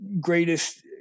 greatest